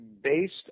based